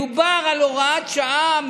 מדובר על הוראת שעה,